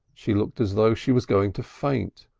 she looked as though she was going to faint.